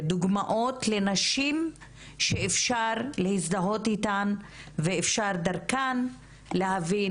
דוגמאות לנשים שאפשר להזדהות איתן ואפשר דרכן להבין